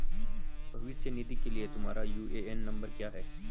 भविष्य निधि के लिए तुम्हारा यू.ए.एन नंबर क्या है?